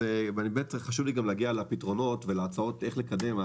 חשוב לי גם להגיע לפתרונות ולהצעות איך לקדם.